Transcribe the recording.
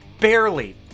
barely